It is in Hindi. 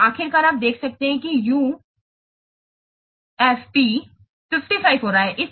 तो आखिरकार आप देख रहे हैं यूएफपी 55 हो रहा है